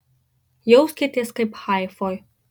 jauskitės kaip haifoj